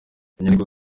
inyandiko